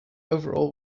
overall